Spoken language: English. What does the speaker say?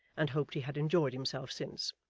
and hoped he had enjoyed himself since.